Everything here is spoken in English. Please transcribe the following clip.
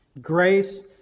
Grace